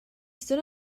stood